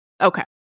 Okay